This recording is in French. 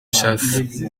chasse